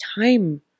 time